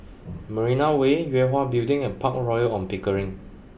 Marina Way Yue Hwa Building and Park Royal On Pickering